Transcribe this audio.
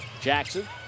Jackson